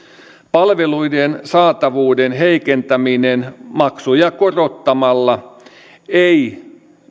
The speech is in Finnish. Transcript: palveluiden saatavuuden heikentäminen maksuja korottamalla ei